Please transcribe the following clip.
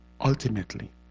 Ultimately